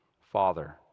Father